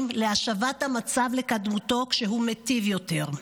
להשבת המצב לקדמותו כשהוא מיטיב יותר.